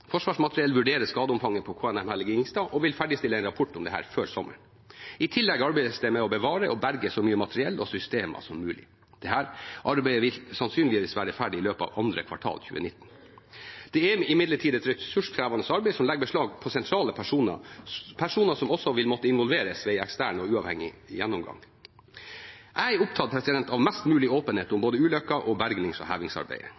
Forsvarsmateriell vurderer skadeomfanget på KNM «Helge Ingstad» og vil ferdigstille en rapport om dette før sommeren. I tillegg arbeides det med å bevare og berge så mye materiell og systemer som mulig. Dette arbeidet vil sannsynligvis være ferdig i løpet av andre kvartal 2019. Det er imidlertid et ressurskrevende arbeid, som legger beslag på sentrale personer, som også vil måtte involveres ved en ekstern og uavhengig gjennomgang. Jeg er opptatt av mest mulig åpenhet om både ulykken og bergings- og hevingsarbeidet.